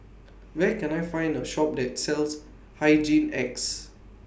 Where Can I Find A Shop that sells Hygin X